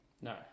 No